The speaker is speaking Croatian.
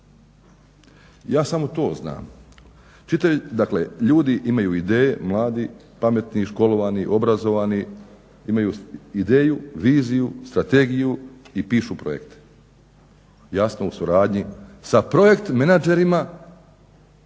Ja samo to znam. Dakle ljudi imaju ideje, mladi, pametni, školovani, obrazovani, imaju ideju, viziju, strategiju i pišu projekte, jasno u suradnji sa projekt menadžerima,